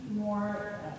more